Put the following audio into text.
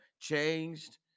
changed